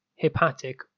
hepatic